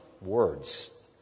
Words